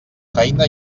feina